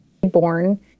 born